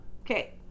Okay